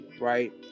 right